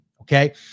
Okay